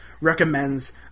recommends